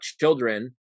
children